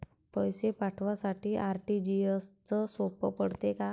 पैसे पाठवासाठी आर.टी.जी.एसचं सोप पडते का?